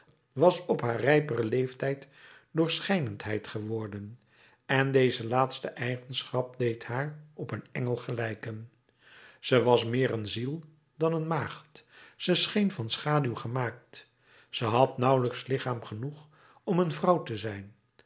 was op haar rijperen leeftijd doorschijnendheid geworden en deze laatste eigenschap deed haar op een engel gelijken ze was meer een ziel dan een maagd ze scheen van schaduw gemaakt ze had nauwelijks lichaam genoeg om een vrouw te zijn